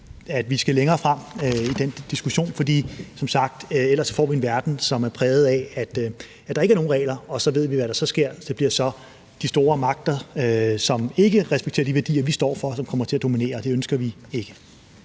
at vi skal længere frem i den diskussion, for ellers får vi som sagt en verden, som er præget af, at der ikke er nogen regler, og så ved vi, hvad der så sker: Det bliver de store magter, som ikke respekterer de værdier, vi står for, som så kommer til at dominere. Og det ønsker vi ikke.